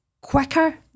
quicker